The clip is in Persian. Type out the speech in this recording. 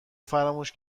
فراموش